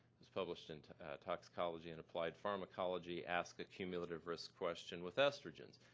was published in toxicology and applied pharmacology asked a cumulative risk question with estrogen.